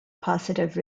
positive